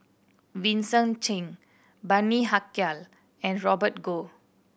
Vincent Cheng Bani Haykal and Robert Goh